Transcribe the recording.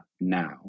now